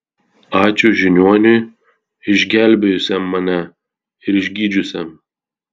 ačiū žiniuoniui išgelbėjusiam mane ir išgydžiusiam